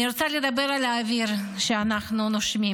אני רוצה לדבר על האוויר שאנחנו נושמים.